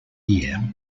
year